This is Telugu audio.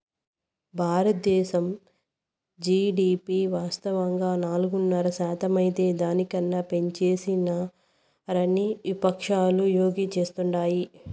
బారద్దేశం జీడీపి వాస్తవంగా నాలుగున్నర శాతమైతే దాని కన్నా పెంచేసినారని విపక్షాలు యాగీ చేస్తాండాయి